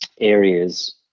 areas